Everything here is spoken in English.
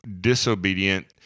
disobedient